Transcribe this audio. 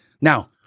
Now